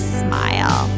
smile